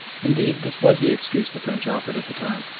indeed, this was the excuse the french offered at the time.